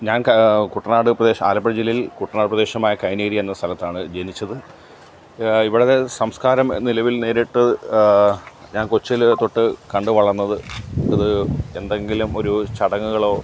ഞാൻ കുട്ടനാട് പ്രദേശം ആലപ്പുഴ ജില്ലയിൽ കുട്ടനാട് പ്രദേശമായ കൈനേരി എന്ന സ്ഥലത്താണ് ജനിച്ചത് ഇവിടുത്തെ സംസ്കാരം നിലവിൽ നേരിട്ട് ഞാൻ കൊച്ചിലെ തൊട്ട് കണ്ടുവളർന്നത് അത് എന്തെങ്കിലും ഒരൂ ചടങ്ങുകളോ